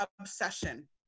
obsession